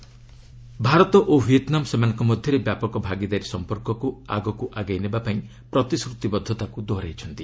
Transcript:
VP Vietnam Bharat ଓ Vietnam ସେମାନଙ୍କ ମଧ୍ୟରେ ବ୍ୟାପକ ଭାଗିଦାରୀ ସମ୍ପର୍କକ୍ତ ଆଗକ୍ର ଆଗେଇ ନେବା ପାଇଁ ପ୍ରତିଶ୍ରତିବଦ୍ଧତାକୃ ଦୋହରାଇଛନ୍ତି